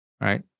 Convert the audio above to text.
Right